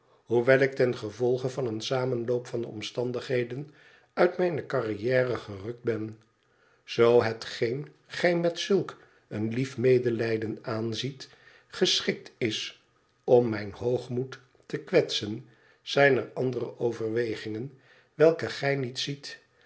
hoewel ik ten gevolge van een samenloop van omstandigheden uit mijne carrière gerukt ben zoo hetgeen gij met zulk een lief medelijden aanziet geschikt is om mijn hoogmoed te kwetsen zijn er andere overwegingen welke gij niet ziet